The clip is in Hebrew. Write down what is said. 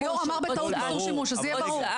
היו"ר אמר בטעות איסור שימוש, אז שיהיה ברור.